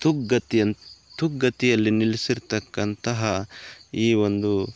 ತುಗ್ಗತಿಯನ್ ತುಗ್ಗತಿಯಲ್ಲಿ ನಿಲ್ಲಿಸಿರ್ತಕ್ಕಂತಹ ಈ ಒಂದು